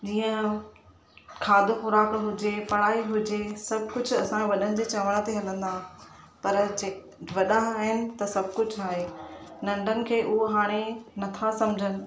जीअं खाधो ख़ोराक हुजे पढ़ाई हुजे सभु कुझु असां वॾनि जे चवणु ते हलंदा पर जंहिं वॾा आहिनि त सभु कुझु आहे नंढनि खें उहे हाणे नथा समुझनि